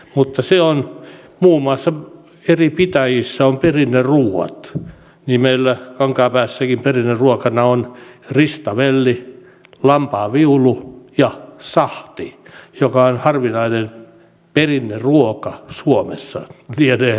mutta muun muassa eri pitäjissä on perinneruuat ja meillä kankaanpäässäkin perinneruokana on ristavelli lampaanviulu ja sahti joka on harvinainen perinneruoka suomessa lienee ainoa